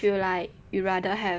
feel like you rather have